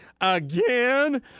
again